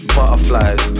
Butterflies